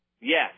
Yes